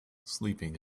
sleeping